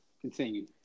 Continue